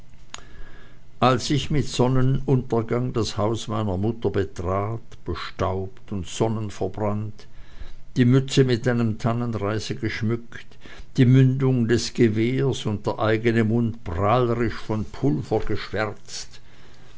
als ich mit sonnenuntergang das haus meiner mutter betrat bestaubt und sonnverbrannt die mütze mit einem tannenreise geschmückt die mündung des gewehrchens und der eigene mund prahlerisch von pulver geschwärzt